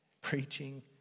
preaching